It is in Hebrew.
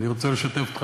אני רוצה לשתף אותך,